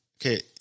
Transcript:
Okay